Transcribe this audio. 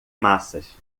massas